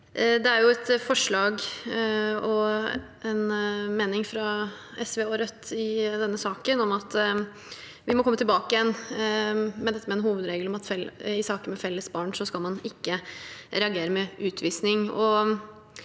Det er jo et forslag og en mening fra SV og Rødt i denne saken om at vi må komme tilbake igjen til dette med en hovedregel i saker med felles barn om at man ikke skal reagere med utvisning.